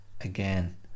again